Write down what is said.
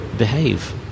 behave